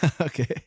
okay